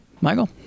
Michael